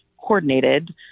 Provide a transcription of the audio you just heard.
coordinated